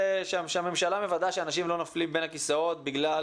שהממשלה מוודאת שאנשים לא נופלים בין הכיסאות בגלל